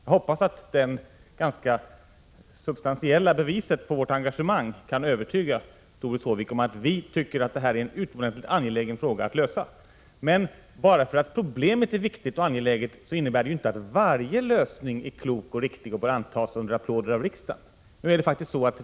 Jag hoppas att detta ganska substantiella bevis på vårt engagemang kan övertyga Doris Håvik om att vi tycker att detta är en utomordentligt angelägen fråga att lösa. Att problemet är viktigt och angeläget innebär inte att varje lösning är klok och riktig och bör antas av riksdagen under applåder.